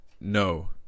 no